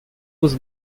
goes